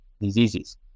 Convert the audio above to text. diseases